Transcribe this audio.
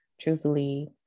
truthfully